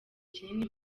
kinini